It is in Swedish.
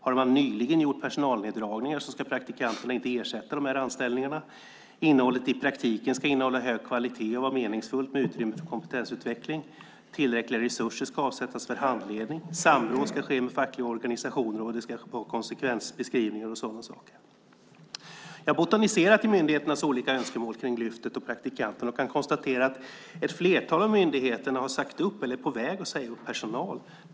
Har man nyligen gjort personalneddragningar ska praktikanterna inte ersätta de anställningarna. Innehållet i praktiken ska innehålla hög kvalitet och vara meningsfullt med utrymme för kompetensutveckling. Tillräckliga resurser ska avsättas för handledning. Samråd ska ske med fackliga organisationer, och det ska vara konsekvensbeskrivningar och sådana saker. Jag har botaniserat i myndigheternas olika önskemål kring Lyftet och praktikanterna, och jag kan konstatera att ett flertal av myndigheterna har sagt upp eller är på väg att säga upp personal.